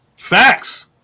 Facts